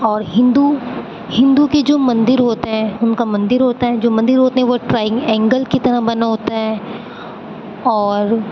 اور ہندو ہندو کے جو مندر ہوتے ہیں ان کا مندر ہوتا ہے جو مندر ہوتے ہیں وہ ایک ٹرائی اینگل کی طرح بنا ہوتا ہے اور